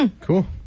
Cool